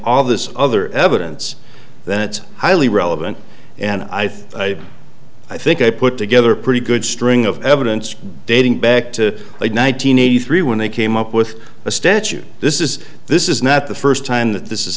all this other evidence that highly relevant and i think i think i put together a pretty good string of evidence dating back to late one nine hundred eighty three when they came up with a statute this is this is not the first time that this